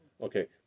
Okay